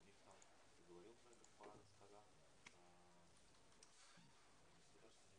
בוקר טוב, אני מתכבד לפתוח את הישיבה, הנושא היום